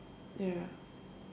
ya